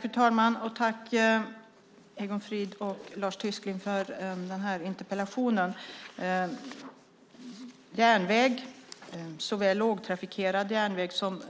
Fru talman! Tack Egon Frid och Lars Tysklind för den här interpellationsdebatten! Järnväg, såväl lågtrafikerad järnväg